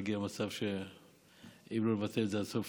להגיע למצב שאם לא לבטל את זה עד סוף,